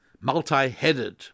multi-headed